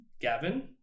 Gavin